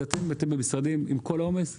עם כל העומס במשרדים,